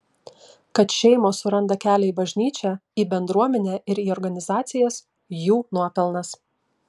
kad šeimos suranda kelią į bažnyčią į bendruomenę ir į organizacijas jų nuopelnas